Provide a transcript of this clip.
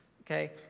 okay